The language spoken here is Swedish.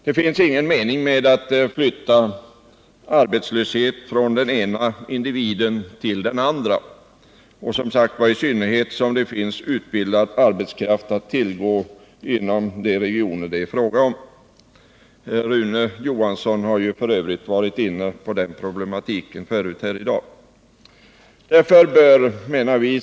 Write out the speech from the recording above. Det finns ingen mening med att flytta arbetslöshet från den ena individen till den andra, i synnerhet som det som sagts finns utbildad arbetskraft att tillgå inom de regioner det här är fråga om — Rune Johansson i Ljungby har f. ö. varit inne på denna problematik tidigare i dag.